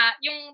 yung